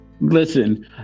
Listen